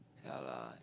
ya lah